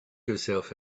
yourself